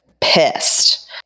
pissed